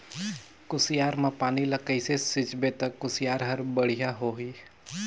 कुसियार मा पानी ला कइसे सिंचबो ता कुसियार हर बेडिया होही?